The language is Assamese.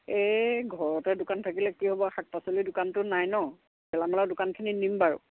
এই ঘৰতে দোকান থাকিলে কি হ'ব শাক পাচলিৰ দোকানটো নাই নহ্ গেলামালৰ দোকানখিনি নিম বাৰু